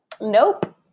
Nope